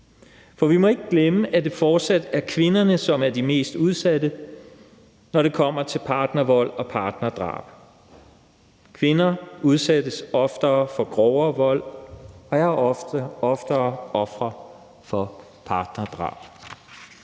For vi må ikke glemme, at det fortsat er kvinderne, som er de mest udsatte, når det kommer til partnervold og partnerdrab. Kvinder udsættes oftere for grovere vold og er oftere ofre for partnerdrab.